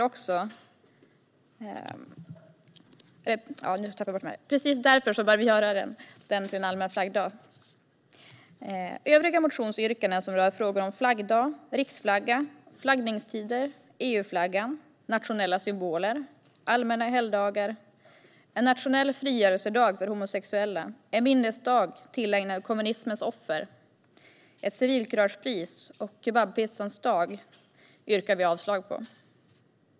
Just därför bör det bli så. Övriga motionsyrkanden, som rör frågor om flaggdag, riksflagga, flaggningstider, EU-flaggan, nationella symboler, allmänna helgdagar, en nationell frigörelsedag för homosexuella, en minnesdag tillägnad kommunismens offer, ett civilkuragepris och kebabpizzans dag, yrkar vi avslag på.